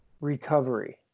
recovery